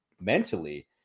mentally